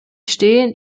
stehen